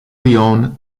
leone